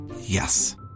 Yes